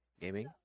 gaming